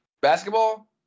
Basketball